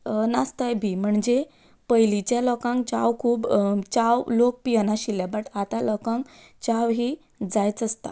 नासताय बी म्हणजे पयलींच्या लोकांक च्या खूब च्या लोक पियनाशिल्ले बट आतां लोकांक च्या ही जायच आसता